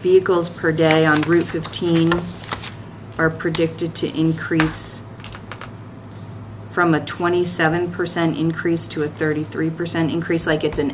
vehicles per day on route fifteen are predicted to increase from a twenty seven percent increase to a thirty three percent increase like it's an